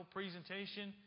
presentation